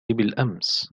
بالأمس